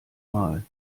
mal